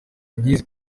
nkizi